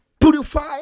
purify